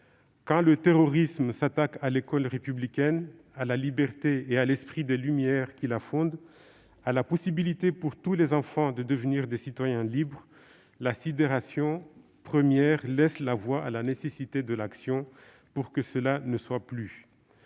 Quand le terrorisme s'attaque à l'école républicaine, à la liberté et à l'esprit des Lumières qui la fondent, à la possibilité pour tous les enfants de devenir des citoyens libres, la sidération première laisse la voie à la nécessité de l'action, pour que cela ne soit plus.